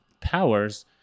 powers